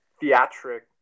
theatric